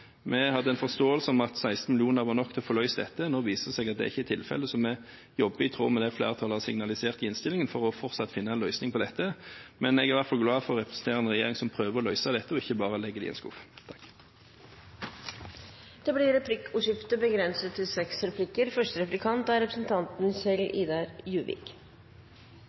Vi hadde en forståelse av at 16 mill. kr var nok til å få løst dette, men nå viser det seg at det ikke er tilfellet, så vi jobber i tråd med det flertallet har signalisert i innstillingen, for fortsatt å finne en løsning på dette. Men jeg er i hvert fall glad for å representere en regjering som prøver å løse dette, og som ikke bare legger det i en skuff. Det blir replikkordskifte.